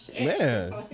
Man